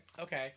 Okay